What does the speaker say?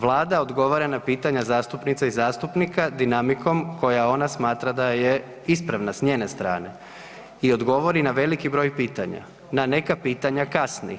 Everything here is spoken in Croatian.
Vlada odgovara na pitanja zastupnica i zastupnika dinamikom koja ona smatra da je ispravna s njene strane i odgovori na veliki broj pitanja, na neka pitanja kasni.